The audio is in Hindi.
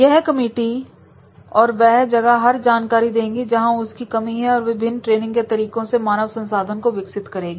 यह कमिटी और वह जगह पर जानकारी देंगी जहां उसकी कमी है और विभिन्न ट्रेनिंग के तरीकों से मानव संसाधन को विकसित करेंगी